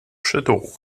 châteauroux